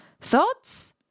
Thoughts